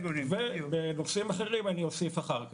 ועל נושאים אחרים אני אוסיף אחר כך.